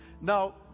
Now